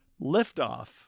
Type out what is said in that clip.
Liftoff